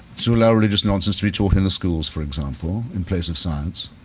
to allow religious nonsense to be taught in the schools, for example, in place of science.